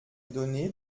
donné